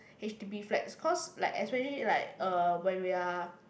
H_D_B flats cause like especially like uh when we are